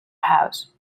house